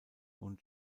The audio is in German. und